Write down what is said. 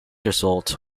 result